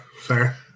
fair